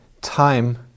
time